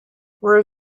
were